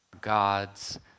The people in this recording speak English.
God's